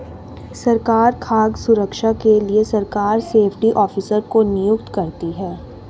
सरकार खाद्य सुरक्षा के लिए सरकार सेफ्टी ऑफिसर को नियुक्त करती है